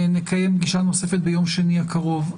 נקיים פגישה נוספת ביום שני הקרוב.